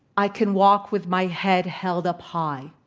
i can walk with my head held up high,